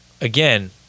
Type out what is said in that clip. Again